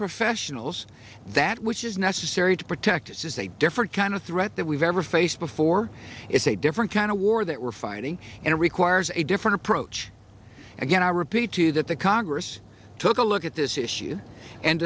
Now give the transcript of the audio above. professionals that which is necessary to protect this is a different kind of threat that we've ever faced before it's a different kind of war that we're fighting and it requires a different approach again i repeat to that the congress took a look at this issue and